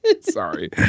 Sorry